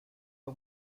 for